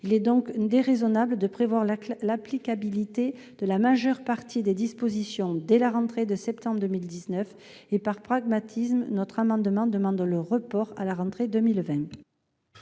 Il est donc déraisonnable de prévoir l'applicabilité de la majeure partie de ce texte dès la rentrée de septembre 2019 : par pragmatisme, nous demandons son report à la rentrée de